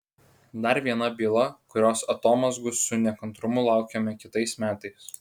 dar viena byla kurios atomazgų su nekantrumu laukiame kitais metais